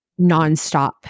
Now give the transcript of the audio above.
nonstop